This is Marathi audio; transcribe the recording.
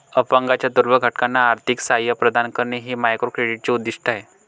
अपंगांच्या दुर्बल घटकांना आर्थिक सहाय्य प्रदान करणे हे मायक्रोक्रेडिटचे उद्दिष्ट आहे